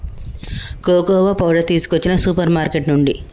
cocoa powder తీసుకొచ్చిన supermarket నుండి